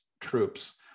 troops